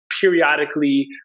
periodically